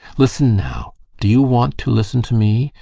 listen now! do you want to listen to me,